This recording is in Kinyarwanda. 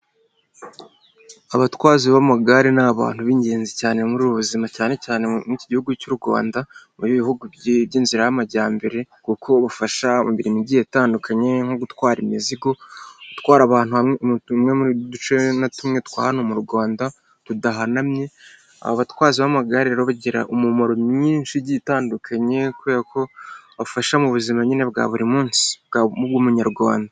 Abatwazi b'amagare ni abantu b'ingenzi cyane muri ubu buzima cyane cyane muri iki gihugu cy'u Rwanda, muri ibi bihugu by'inzira y'amajyambere kuko bafasha imirimo itandukanye nko gutwara imizigo, gutwara abantu mu duce na tumwe twa hano mu rwanda tudahanamye. Abatwazi b'amagare bagira umumaro mwinshi itandukanye kubera ko bafasha mu buzima nyine bwa buri munsi bw'umunyarwanda.